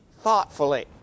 thoughtfully